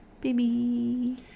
Baby